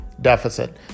deficit